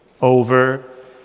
over